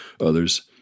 others